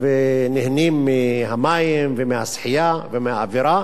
ונהנים מהמים ומהשחייה ומהאווירה,